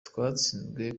twatsinzwe